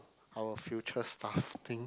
our future stuff thing